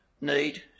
need